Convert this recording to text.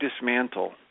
dismantle